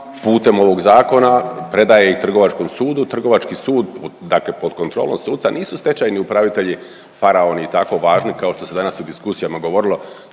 putem ovog zakona predaje ih Trgovačkom sudu, Trgovački sud dakle pod kontrolom suca nisu stečajni upravitelji faraoni i tako važni kao što se danas u diskusijama govorilo.